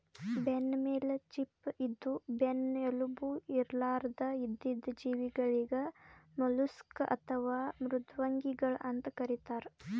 ಬೆನ್ನಮೇಲ್ ಚಿಪ್ಪ ಇದ್ದು ಬೆನ್ನ್ ಎಲುಬು ಇರ್ಲಾರ್ದ್ ಇದ್ದಿದ್ ಜೀವಿಗಳಿಗ್ ಮಲುಸ್ಕ್ ಅಥವಾ ಮೃದ್ವಂಗಿಗಳ್ ಅಂತ್ ಕರಿತಾರ್